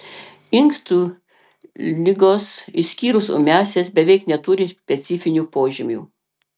inkstų ligos išskyrus ūmiąsias beveik neturi specifinių požymių